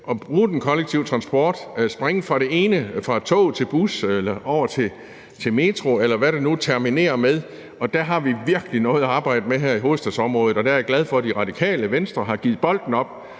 at bruge den kollektive transport, springe fra toget til bussen eller over til metroen, eller hvad det nu timer med, og der har vi virkelig noget at arbejde med her i hovedstadsområdet, og der er jeg glad for, at Det Radikale Venstre har givet bolden op